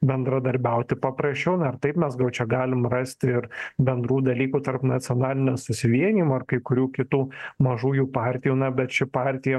bendradarbiauti paprasčiau na ir taip mes gal čia galim rasti ir bendrų dalykų tarp nacionalinio susivienijimo ir kai kurių kitų mažųjų partijų na bet ši partija